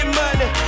money